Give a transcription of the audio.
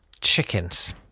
chickens